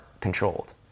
controlled